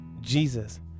jesus